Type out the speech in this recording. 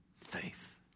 faith